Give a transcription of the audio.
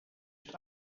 het